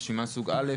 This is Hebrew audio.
רשימה סוג א'